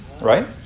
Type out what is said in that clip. right